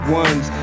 ones